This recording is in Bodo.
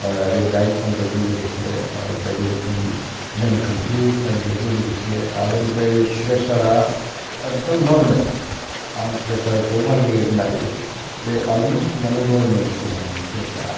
बे दायेट कनट्र'लजों लोगोसे आरो बायदि रोखोम नेम खान्थि फालिनायजों लोगोसे आरो ओमफ्राय प्रेशारा एकदम नरमेल आं प्रेशारखौ माजे माजे नायो बे अलमस्ट माने नरमेलाव दं आंनि प्रेशारा